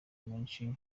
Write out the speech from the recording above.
menshi